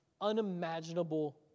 unimaginable